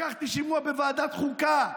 לקחתי שימוע בוועדת חוקה,